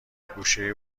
گوشه